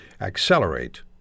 accelerate